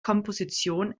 komposition